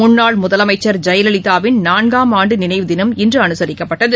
முன்னாள் முதலமைச்சர் ஜெயலலிதாவின் நான்காம் ஆண்டுநினைவு தினம் இன்றுஅனுசரிக்கப்பட்டது